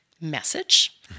message